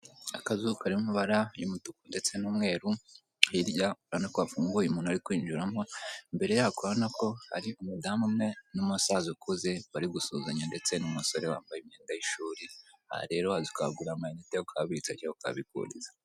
Akazu Kari mumabara y'umutuku ndetse n'umweru, hirya urabona ko hafunguye umuntu uri kwinjiramo, imbere yako urabonako hari umudamu umwe n'umusaza ukuze bari gusuhuzanya ndetse n'umusore wambaye imyenda y'ishuri, aha rero waza ukahagura amayinite, akahabitsa cyangwa ukahabikuriza.